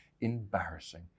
embarrassing